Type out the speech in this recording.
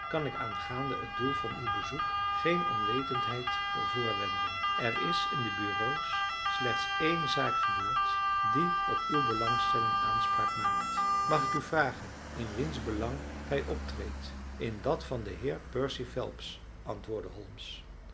kan ik aangaande het doel van uw bezoek geen onwetendheid voorwenden er is in de bureaux slechts één zaak gebeurd die op uw belangstelling aanspraak maakt mag ik u vragen in wiens belang gij optreedt illustratie een edelman die in waarheid edel is in dat van den heer percy phelps antwoordde